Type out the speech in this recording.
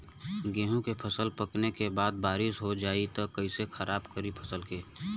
गेहूँ के फसल पकने के बाद बारिश हो जाई त कइसे खराब करी फसल के?